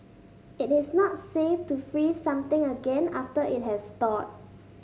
it is not safe to freeze something again after it has thawed